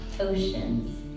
oceans